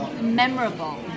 memorable